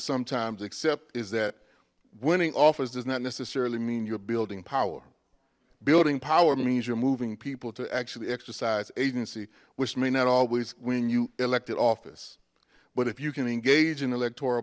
sometimes accept is that winning offers does not necessarily mean you're building power building power means you're moving people to actually exercise agency which may not always win you elected office but if you can engage in electoral